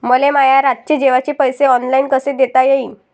मले माया रातचे जेवाचे पैसे ऑनलाईन कसे देता येईन?